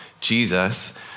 Jesus